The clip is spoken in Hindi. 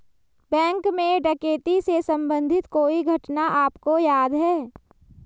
बैंक में डकैती से संबंधित कोई घटना आपको याद है?